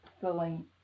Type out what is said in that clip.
filling